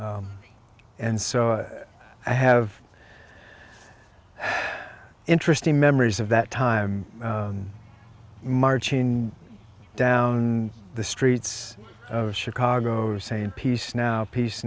and so i have interesting memories of that time marching down the streets of chicago or saying peace now peace